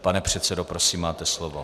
Pane předsedo, prosím máte slovo.